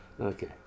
Okay